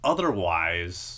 Otherwise